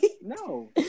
No